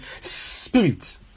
spirit